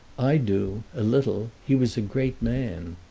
i do a little. he was a great man.